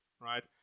right